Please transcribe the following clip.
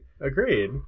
Agreed